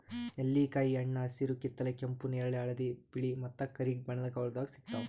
ನೆಲ್ಲಿಕಾಯಿ ಹಣ್ಣ ಹಸಿರು, ಕಿತ್ತಳೆ, ಕೆಂಪು, ನೇರಳೆ, ಹಳದಿ, ಬಿಳೆ ಮತ್ತ ಕರಿ ಬಣ್ಣಗೊಳ್ದಾಗ್ ಸಿಗ್ತಾವ್